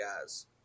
guys